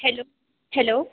hello hello